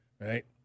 right